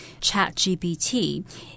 ChatGPT